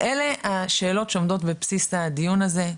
אלה השאלות שעומדות בבסיס הדיון הזה.